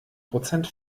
prozent